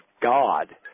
God